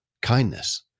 kindness